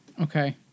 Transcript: Okay